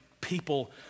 people